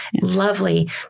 lovely